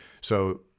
So-